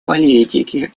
политики